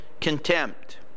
contempt